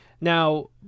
Now